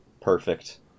Perfect